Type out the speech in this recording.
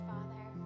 Father